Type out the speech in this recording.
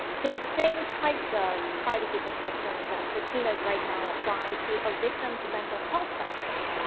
so, the same types of privacy protections that subpoenas right now apply to a victim's mental health records,